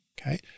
okay